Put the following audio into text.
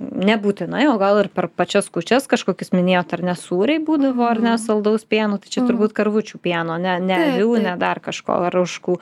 nebūtinai o gal ir per pačias kūčias kažkokius minėjot ar ne sūriai būdavo ar ne saldaus pieno tai čia turbūt karvučių pieno ne ne avių ne dar kažko ar ožkų